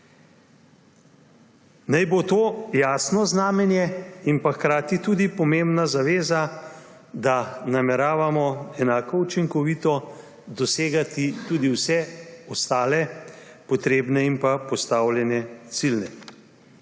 Naj bo to jasno znamenje in pa hkrati tudi pomembna zaveza, da nameravamo enako učinkovito dosegati tudi vse ostale potrebne in pa postavljene cilje.